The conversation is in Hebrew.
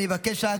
אבקש רק